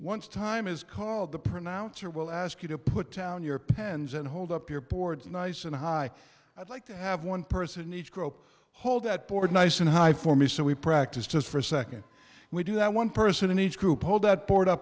once time is called the pronouncer will ask you to put down your pens and hold up your boards nice and high i'd like to have one person each grope hold that board nice and high for me so we practice just for a second we do that one person in each group hold that board